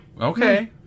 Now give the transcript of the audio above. Okay